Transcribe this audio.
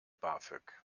bafög